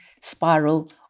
spiral